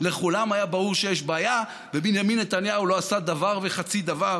לכולם היה ברור שיש בעיה ובנימין נתניהו לא עשה דבר וחצי דבר